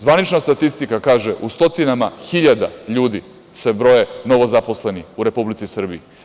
Zvanična statistika kaže u stotinama hiljada ljudi se broje novozaposleni u Republici Srbiji.